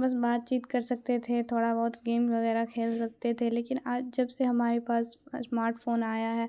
بس بات چیت کر سکتے تھے تھوڑا بہت گیم وغیرہ کھیل سکتے تھے لیکن آج جب سے ہمارے پاس اسمارٹ فون آیا ہے